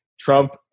Trump